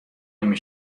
نمی